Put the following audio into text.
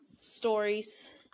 stories